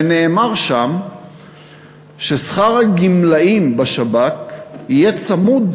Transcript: ונאמר שם ששכר הגמלאים בשב"כ יהיה צמוד